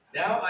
now